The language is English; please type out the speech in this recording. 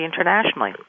internationally